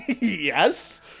Yes